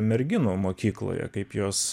merginų mokykloje kaip jos